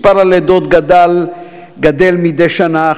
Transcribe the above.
מספר הלידות גדֵל מדי שנה,